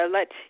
let